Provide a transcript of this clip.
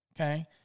okay